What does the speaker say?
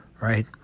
right